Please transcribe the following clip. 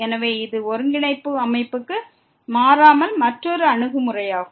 எனவே இது ஒருங்கிணைப்பு அமைப்புக்கு மாறாமல் மற்றொரு அணுகுமுறையாகும்